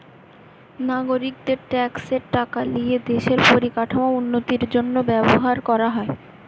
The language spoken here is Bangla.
নাগরিকদের ট্যাক্সের টাকা লিয়ে দেশের পরিকাঠামোর উন্নতির জন্য ব্যবহার করা হয়